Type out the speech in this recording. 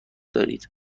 دارید